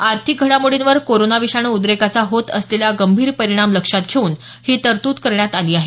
आर्थिक घडामोडींवर कोरोना विषाणू उद्रेकाचा होत असलेला गंभीर परिणाम लक्षात घेऊन ही तरतूद करण्यात आली आहे